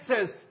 says